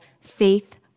Faith